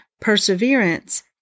Perseverance